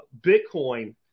Bitcoin